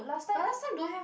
but last time don't have